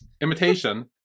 Imitation